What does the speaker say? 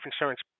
insurance